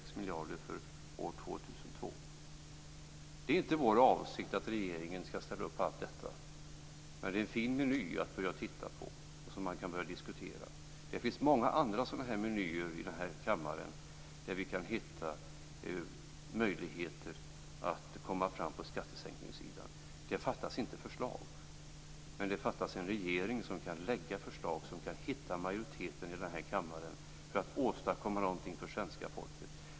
Det är inte vår avsikt att regeringen skall ställa upp på allt detta men det är en fin meny att börja titta på och som man kan börja diskutera. Det finns många andra sådana här menyer i denna kammare där vi kan hitta möjligheter att komma fram på skattesänkningssidan. Det fattas inte förslag. Däremot fattas det en regering som kan lägga fram förslag och som kan hitta en majoritet i denna kammare för att åstadkomma något för svenska folket.